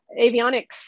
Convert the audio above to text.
avionics